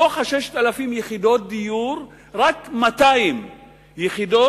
מתוך 6,000 יחידות הדיור האלה רק 200 מכוונות,